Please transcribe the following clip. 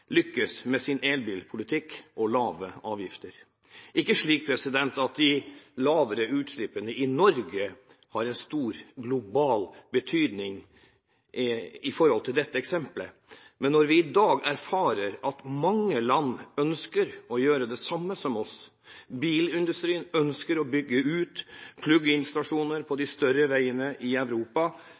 med sin elbilpolitikk og lave avgifter. Det er ikke slik at de lavere utslippene i Norge har en stor global betydning i forhold til dette eksemplet, men når vi i dag erfarer at mange land ønsker å gjøre det samme som oss, og bilindustrien ønsker å bygge ut plug-in-stasjoner på de større veiene i Europa,